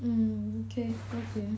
mm okay okay